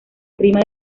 prima